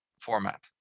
format